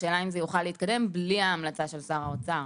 השאלה אם זה יוכל להתקדם בלי ההמלצה של שר האוצר.